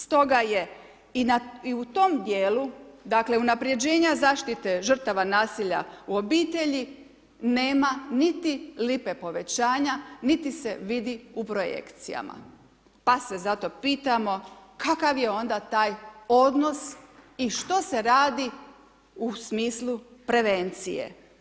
Stoga je i u tom dijelu, dakle unapređenja zaštite žrtava nasilja u obitelji nema niti lipe povećanja, niti se vidi u projekcijama pa se zato pitamo kakav je onda taj odnos i što se radi u smislu prevencije.